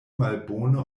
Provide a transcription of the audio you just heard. malbone